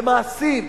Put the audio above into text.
במעשים,